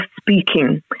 speaking